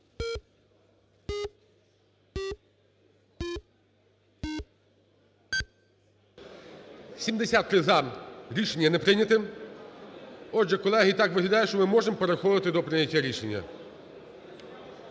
За-73 Рішення не прийняте. Отже, колеги, так виглядає, що ми можемо переходити до прийняття рішення.